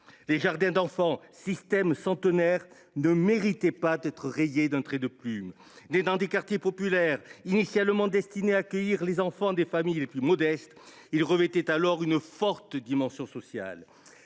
Les jardins d’enfants, système centenaire, ne méritaient pas d’être rayés d’un trait de plume ! Nés dans des quartiers populaires, initialement destinés à accueillir les enfants des familles les plus modestes, ils revêtaient alors une forte dimension sociale.